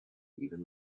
even